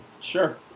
Sure